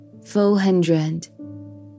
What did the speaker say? four-hundred